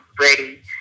ready